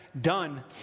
done